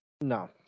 No